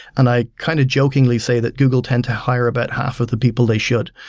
and i kind of jokingly say that google tend to hire about half of the people they should.